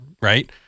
right